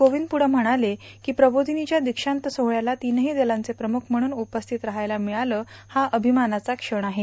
कोविंद प्रढे म्हणाले की प्रबोधिनी च्या दीक्षांत सोहळ्याला तिनही दलाचे प्रमुख म्हणून उपस्थित रहायला मिळालं हा अभिमानाचा क्षण आहे